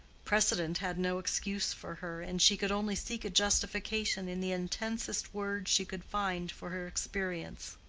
precedent had no excuse for her and she could only seek a justification in the intensest words she could find for her experience.